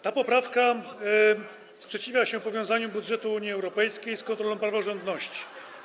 Ta poprawka sprzeciwia się powiązaniu budżetu Unii Europejskiej z kontrolą praworządności.